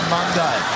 Monday